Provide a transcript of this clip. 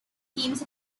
themes